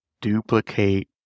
duplicate